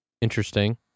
Interesting